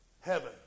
heaven